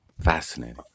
Fascinating